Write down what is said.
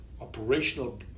operational